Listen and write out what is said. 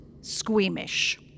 squeamish